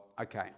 okay